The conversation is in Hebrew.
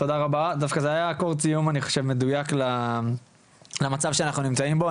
זה היה אקורד סיום מדוייק למצב שאנחנו נמצאים בו.